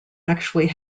actually